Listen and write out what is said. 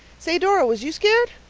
say, dora, was you scared?